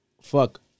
fuck